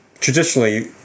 traditionally